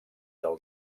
del